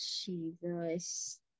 Jesus